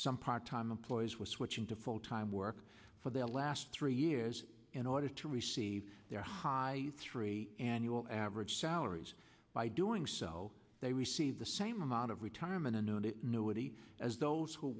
some part time employees were switching to full time work for the last three years in order to receive their high three annual average salaries by doing so they receive the same amount of retirement i know that nobody as those who